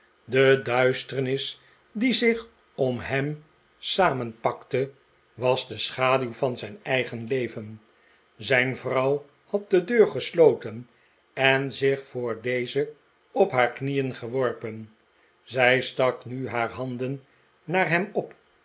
de duisternis die zich om hem samenpakte was de schaduw van zijn eigen leven zijn vrouw had de deur gesloten en zich voor deze op haar knieen geworpen zij stak nu haar handen naar hem op